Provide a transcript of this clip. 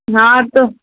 ہاں تو